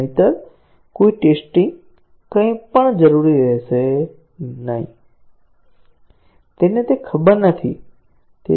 નહિંતર કોઈ ટેસ્ટીંગ કંઈપણ જરૂરી રહેશે નહીં તેને તે ખબર નથી